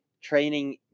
training